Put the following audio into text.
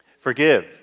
Forgive